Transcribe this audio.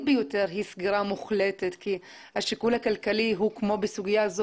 ביותר היא סגירה מוחלטת כי השיקול הכלכלי בסוגיה זו,